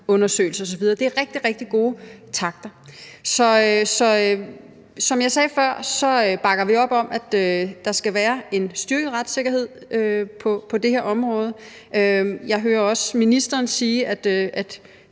osv. Det er rigtig, rigtig gode takter. Så som jeg sagde før, bakker vi op om, at der skal være en styrket retssikkerhed på det her område. Jeg hører også ministeren sige, at